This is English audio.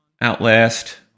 Outlast